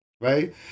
right